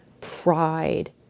pride